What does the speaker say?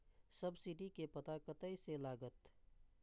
Subsidy के पता कतय से लागत?